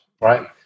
right